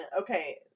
okay